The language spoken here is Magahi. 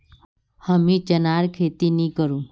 हमीं चनार खेती नी करुम